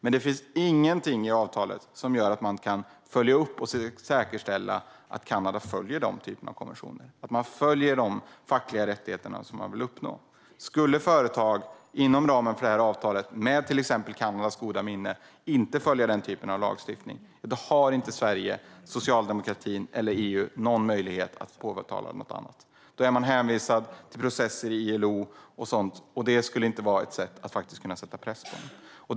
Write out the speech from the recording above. Men det finns ingenting i avtalet som gör att man kan följa upp och säkerställa att Kanada följer de konventionerna och de fackliga rättigheter som man vill uppnå. Skulle företag inom ramen för detta avtal, med Kanadas goda minne, inte följa den typen av lagstiftning har varken Sverige, socialdemokratin eller EU någon möjlighet att påtala detta. Då är man hänvisad till processer i ILO och sådant, och det skulle inte vara ett sätt att faktiskt kunna sätta press.